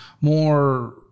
more